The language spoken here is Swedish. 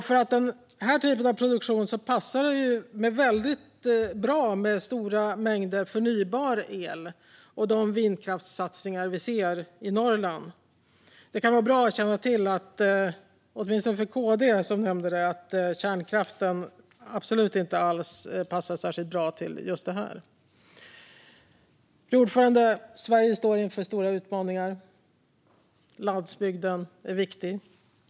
För den typen av produktion passar det bra med stora mängder förnybar el och de vindkraftssatsningar vi ser i Norrland. Det kan vara bra att känna till att åtminstone KD nämnde att kärnkraften inte passar bra till just detta. Fru talman! Sverige står inför stora utmaningar. Landsbygden är viktig.